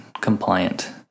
compliant